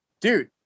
dude